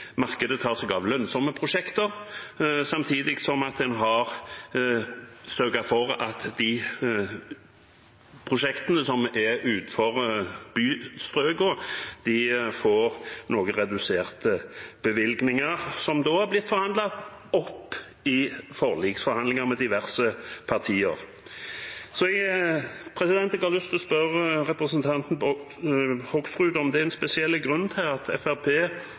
markedet tar seg av lønnsomme prosjekter, samtidig som en har sørget for at de prosjektene som er utenfor bystrøkene, får noe reduserte bevilgninger – som så er blitt forhandlet opp i forliksforhandlinger med diverse partier. Jeg har lyst til å spørre representanten Hoksrud om det er en spesiell grunn til at